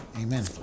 Amen